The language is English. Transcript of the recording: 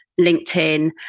LinkedIn